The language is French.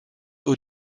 aux